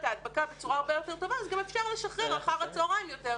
ההדבקה בצורה הרבה יותר טובה אז גם אפשר לשחרר אחר הצהריים יותר.